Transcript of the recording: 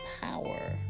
power